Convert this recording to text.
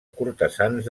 cortesans